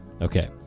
Okay